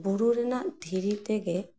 ᱵᱩᱨᱩ ᱨᱮᱱᱟᱜ ᱫᱷᱤᱨᱤ ᱛᱮᱜᱮ